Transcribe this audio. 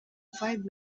five